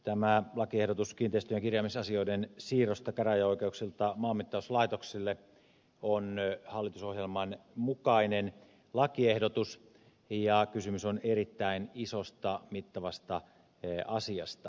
tämä lakiehdotus kiinteistöjen kirjaamisasioiden siirrosta käräjäoikeuksilta maanmittauslaitoksille on hallitusohjelman mukainen lakiehdotus ja kysymys on erittäin isosta mittavasta asiasta